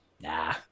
Nah